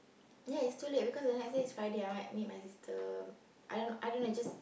ya it's too late because the next day is Friday I want meet my sister I don't I don't know it's just